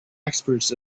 experts